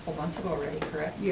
months ago already, correct? yeah